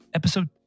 episode